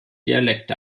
dialekt